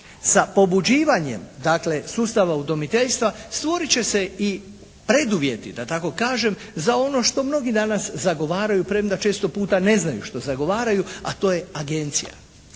sa pobuđivanjem dakle sustava udomiteljstva stvorit će se i preduvjeti da tako kažem za ono što mnogi danas zagovaraju, premda često puta ne znaju što zagovaraju, a to je agencija.